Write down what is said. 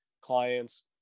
clients